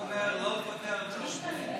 הוא אומר לא לפטר את העובדים,